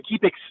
keep